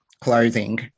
clothing